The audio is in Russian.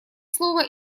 слово